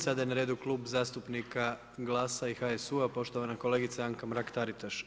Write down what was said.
Sada je na redu Klub zastupnika GLAS-a i HSU-a, poštovana kolegica Anka Mrak-Taritaš.